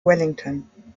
wellington